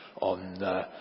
on